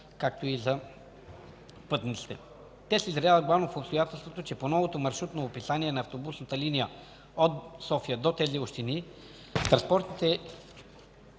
както и за пътниците. Те са изразяват главно в обстоятелството, че по новото маршрутно описание на автобусната линия от София до тези общини транспортните